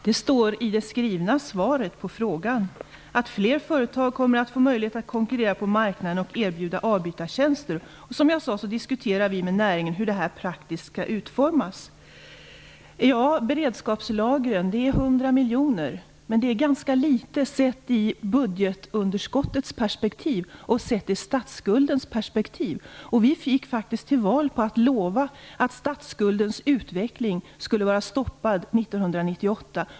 Herr talman! Det står i det skrivna svaret på frågan att fler företag kommer att få möjlighet att konkurrera på marknaden och erbjuda avbytartjänster. Som jag sade diskuterar vi med näringen hur detta praktiskt skall utformas. När det gäller beredskapslagren uppgår besparingen till 100 miljoner. Men det är ganska litet sett ur budgetunderskottets och statsskuldens perspektiv. Vi gick faktiskt till val på att lova att statsskuldens utveckling skulle vara stoppad 1998.